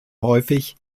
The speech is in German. häufig